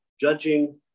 Judging